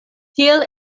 tiel